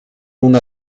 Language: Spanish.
una